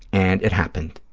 and it happened.